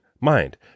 mind